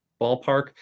ballpark